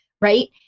right